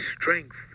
strength